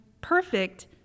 perfect